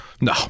No